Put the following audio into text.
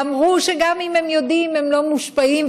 ואמרו שגם אם הם יודעים הם לא מושפעים,